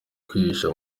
kwihisha